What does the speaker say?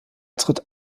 tritt